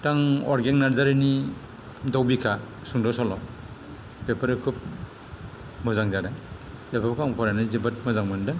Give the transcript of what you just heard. बिथां अरगें नारजारिनि दाव बिखा सुंद' सल' बेफोरो खुब मोजां जादों बेफोरखौ आं फरायनानै आं जोबोद मोजां मोनदों